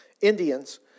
Indians